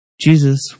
Jesus